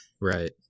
right